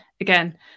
again